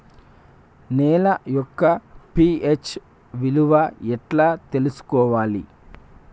నేల యొక్క పి.హెచ్ విలువ ఎట్లా తెలుసుకోవాలి?